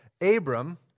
Abram